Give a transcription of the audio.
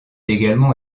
également